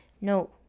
No